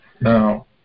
Now